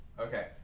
Okay